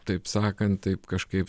taip sakant taip kažkaip